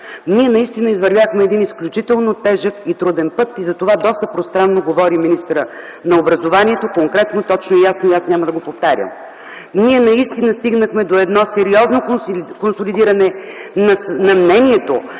Ние наистина извървяхме един изключително тежък и труден път и затова доста пространно говори министърът на образованието конкретно, точно и ясно и аз няма да го повтарям. Ние наистина стигнахме до едно сериозно консолидиране на мнението